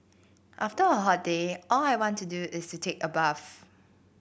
after a hot day all I want to do is to take a bath